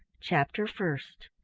chapter first.